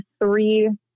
three